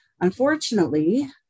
Unfortunately